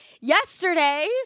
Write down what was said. Yesterday